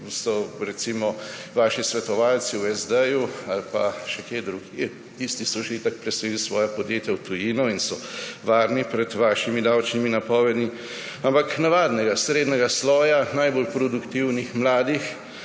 so recimo vaši svetovalci v SD ali še kje drugje, tisti so že itak preselili svoja podjetja v tujino in so varni pred vašimi davčnimi napovedmi, ampak navadnega srednjega sloja, najbolj produktivnih mladih.